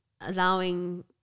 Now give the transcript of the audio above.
allowing